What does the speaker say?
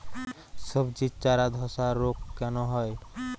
সবজির চারা ধ্বসা রোগ কেন হয়?